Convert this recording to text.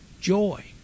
Joy